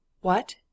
What